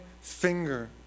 finger